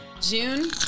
June